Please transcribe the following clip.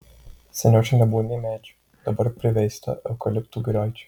seniau čia nebuvo nė medžių dabar priveista eukaliptų giraičių